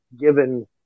given